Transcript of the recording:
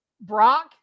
brock